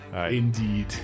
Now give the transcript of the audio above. Indeed